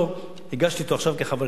הגשתי אותו עכשיו כחבר כנסת פרטי.